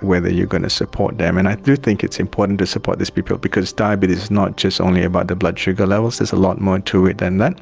whether you're going to support them. and i do think it's important to support these people, because diabetes is not only about the blood sugar levels, there's a lot more to it than that.